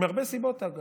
מהרבה סיבות, אגב.